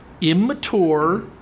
immature